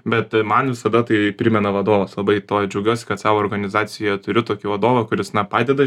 bet man visada tai primena vadovas labai tuo džiaugiuosi kad savo organizacijoje turiu tokį vadovą kuris na padeda